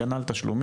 הגנה על תשלומים,